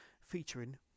featuring